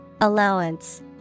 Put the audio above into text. Allowance